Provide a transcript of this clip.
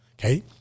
Okay